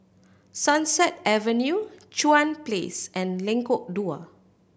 Sunset Avenue Chuan Place and Lengkok Dua